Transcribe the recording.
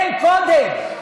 הם קודם.